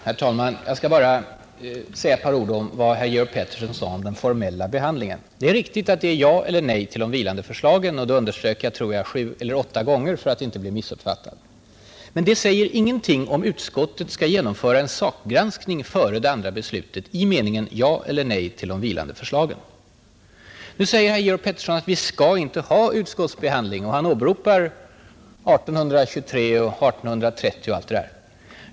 Herr talman! Jag skall bara säga ett par ord om det som herr Georg Pettersson sade om den formella behandlingen. Det är riktigt att det här gäller att säga ja eller nej till de vilande förslagen. Det underströk jag själv sju eller åtta gånger för att inte bli missförstådd. Men det säger ingenting om huruvida utskottet skall göra en sakgranskning före det andra beslutet i meningen ja eller nej till de vilande förslagen. Nu säger herr Pettersson i Visby att vi inte skall ha någon utskottsbehandling, och han åberopar i sammanhanget vad som förekom 1823 och 1830.